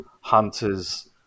Hunter's